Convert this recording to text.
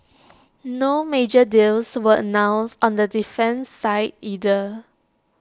no major deals were announced on the defence side either